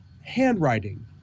handwriting